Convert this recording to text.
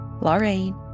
Lorraine